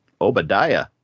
Obadiah